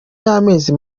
y’amezi